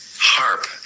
Harp